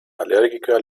allergiker